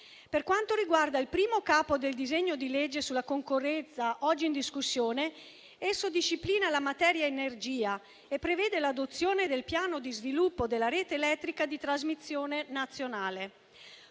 sostenibile. Il primo capo del disegno di legge sulla concorrenza oggi in discussione disciplina la materia energia e prevede l'adozione del piano di sviluppo della rete elettrica di trasmissione nazionale.